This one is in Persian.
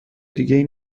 دیگهای